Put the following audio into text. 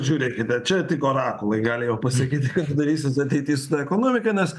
žiūrėkite čia tik orakulai gali jau pasakyti darysitm ateity su ta ekonomika nes